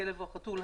הכלב או החתול,